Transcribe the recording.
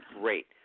great